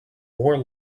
more